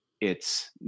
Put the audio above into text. It's-